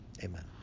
amen